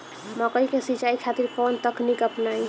मकई के सिंचाई खातिर कवन तकनीक अपनाई?